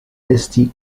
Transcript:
esti